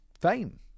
fame